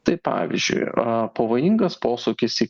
tai pavyzdžiui yra pavojingas posūkis į